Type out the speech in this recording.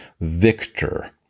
victor